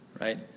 Right